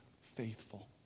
faithful